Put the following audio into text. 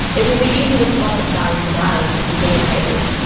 it will be easy to spot the science denialist at the dinner table,